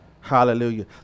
Hallelujah